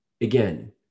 again